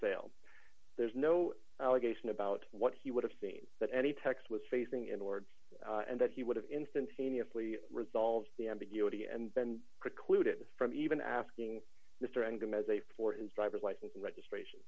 sale there's no allegation about what he would have seen that any text was facing in order and that he would have instantaneously resolved the ambiguity and then precluded from even asking mr ingram as a for his driver's license and registration